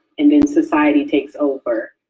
and then society takes over.